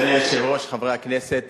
אדוני היושב-ראש, חברי הכנסת,